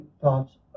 thoughts